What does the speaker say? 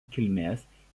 kilmės